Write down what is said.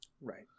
right